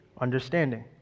Understanding